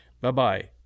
Bye-bye